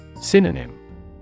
Synonym